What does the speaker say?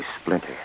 splinter